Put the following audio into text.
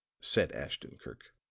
said ashton-kirk.